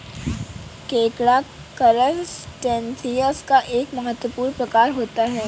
केकड़ा करसटेशिंयस का एक महत्वपूर्ण प्रकार होता है